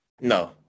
No